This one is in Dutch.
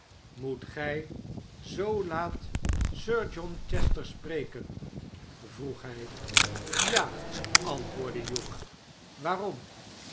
moet gij zoo laat sir john chester spreken vroeg hij ja antwoordde hugh waarom